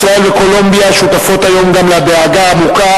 ישראל וקולומביה שותפות היום גם לדאגה העמוקה